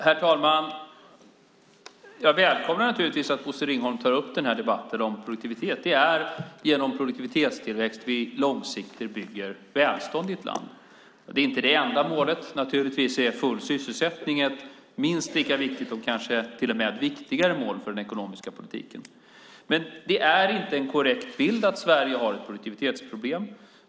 Herr talman! Jag välkomnar naturligtvis att Bosse Ringholm tar upp debatten om produktivitet. Det är genom produktivitetstillväxt vi långsiktigt bygger välstånd i ett land. Det är inte det enda målet. Naturligtvis är full sysselsättning ett minst lika viktigt och kanske till och med ett viktigare mål för den ekonomiska politiken. Det är inte en korrekt bild att Sverige har ett produktivitetsproblem.